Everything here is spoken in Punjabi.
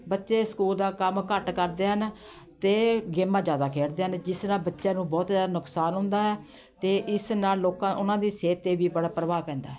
ਬੱਚੇ ਸਕੂਲ ਦਾ ਕੰਮ ਘੱਟ ਕਰਦੇ ਹਨ ਅਤੇ ਗੇਮਾਂ ਜ਼ਿਆਦਾ ਖੇਡਦੇ ਹਨ ਜਿਸ ਨਾਲ ਬੱਚਿਆਂ ਨੂੰ ਬਹੁਤ ਜ਼ਿਆਦਾ ਨੁਕਸਾਨ ਹੁੰਦਾ ਹੈ ਅਤੇ ਇਸ ਨਾਲ ਲੋਕਾਂ ਉਨ੍ਹਾਂ ਦੀ ਸਿਹਤ 'ਤੇ ਵੀ ਬੜਾ ਪ੍ਰਭਾਵ ਪੈਂਦਾ ਹੈ